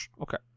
Okay